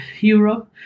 Europe